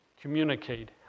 communicate